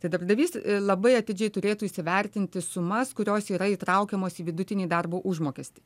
tai darbdavys labai atidžiai turėtų įsivertinti sumas kurios yra įtraukiamos į vidutinį darbo užmokestį